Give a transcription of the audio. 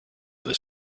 this